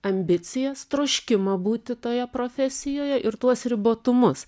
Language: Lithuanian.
ambicijas troškimą būti toje profesijoje ir tuos ribotumus